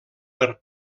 per